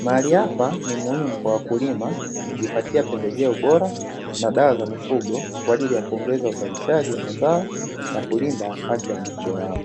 Mahali hapa ni muhimu kwa wakulima kujipatia pembejeo bora na dawa za mifugo kwa ajili ya kuongeza uzalishaji wa mazao na kulinda afya ya mifugo yao.